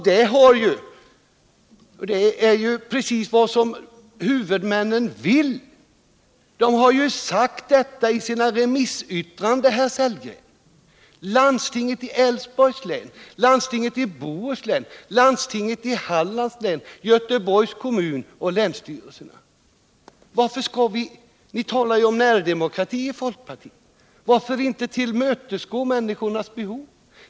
Det är också precis vad huvudmännen vill. Det har landstinget i Älvsborgs län, landstinget i Göteborgs och Bohus län, landstinget i Hallands län, Göteborgs kommun och länsstyrelserna sagt i sina remissyttranden, herr Sellgren. I folkpartiet talar ni ju om närdemokrati. Varför inte tillmötesgå människornas önskemål?